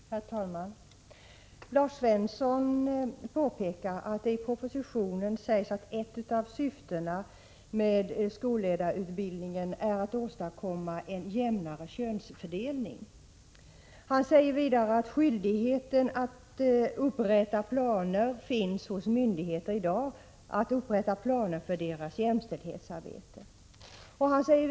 Herr talman! Lars Svensson påpekade att det i propositionen står att ett av syftena med skolledarutbildningen är att åstadkomma en jämnare könsfördelning. Vidare sade han att skyldigheten i dag att upprätta planer för jämställdhetsarbetet åligger myndigheter.